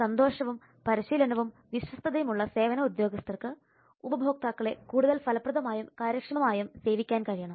സന്തോഷവും പരിശീലനവും വിശ്വസ്തതയും ഉള്ള സേവന ഉദ്യോഗസ്ഥർക്ക് ഉപഭോക്താക്കളെ കൂടുതൽ ഫലപ്രദമായും കാര്യക്ഷമമായും സേവിക്കാൻ കഴിയണം